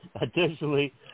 Additionally